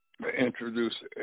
Introduce